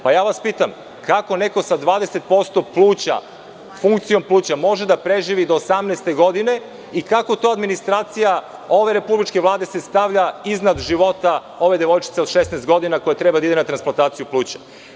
Pitam vas – kako neko sa 20% funkcijom pluća može da preživi do 18-e godine i kako se to administracija ove republičke Vlade stavlja iznad života ove devojčice od 16 godina koja treba da ide na transplantaciju pluća?